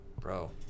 bro